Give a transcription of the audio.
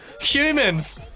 humans